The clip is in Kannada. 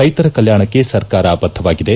ರೈತರ ಕಲ್ನಾಣಕ್ಕೆ ಸರ್ಕಾರ ಬದ್ದವಾಗಿದೆ